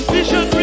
Vision